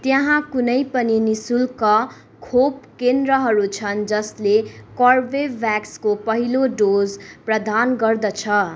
त्यहाँ कुनै पनि नि शुल्क खोप केन्द्रहरू छन् जसले कर्बेभ्याक्सको पहिलो डोज प्रदान गर्दछ